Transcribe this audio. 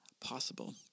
possible